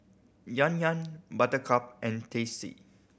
Yan Yan Buttercup and Tasty